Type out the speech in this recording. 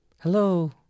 Hello